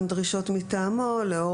גם דרישות מטעמו.